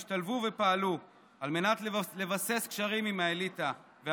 נא לבקש שקט מעובדי הסיעות.